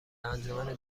انجمن